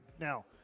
Now